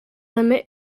limit